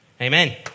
Amen